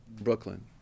Brooklyn